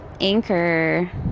Anchor